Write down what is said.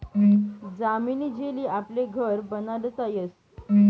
जामनी जेली आपले घर बनाडता यस